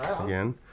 again